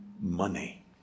money